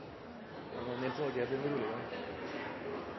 da kan man